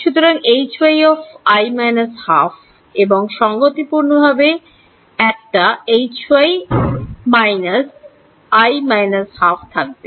সুতরাং এবং সঙ্গতিপূর্ণভাবে একটা থাকবে